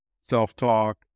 self-talk